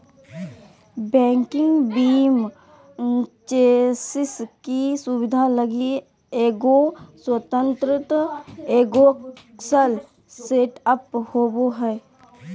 walking beam chassis की सुबिधा लगी एगो स्वतन्त्र एगोक्स्ल सेटअप होबो हइ